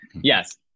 yes